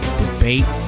debate